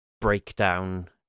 breakdown